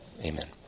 Amen